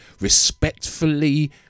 respectfully